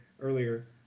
earlier